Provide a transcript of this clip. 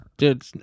Dude